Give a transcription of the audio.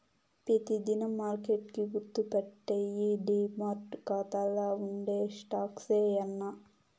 పెతి దినం మార్కెట్ కి గుర్తుపెట్టేయ్యి డీమార్ట్ కాతాల్ల ఉండే స్టాక్సే యాన్నా